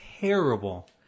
terrible